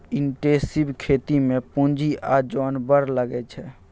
intensive खेती मे पुंजी आ जोन बड़ लगै छै